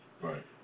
Right